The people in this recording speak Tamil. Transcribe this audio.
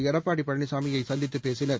எடப்பாடி பழனிசாமியை சந்தித்து பேசினார்